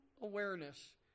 awareness